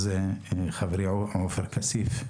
חברי עופר כסיף,